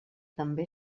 també